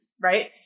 right